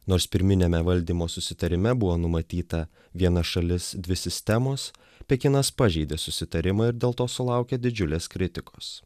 nors pirminiame valdymo susitarime buvo numatyta viena šalis dvi sistemos pekinas pažeidė susitarimą ir dėl to sulaukė didžiulės kritikos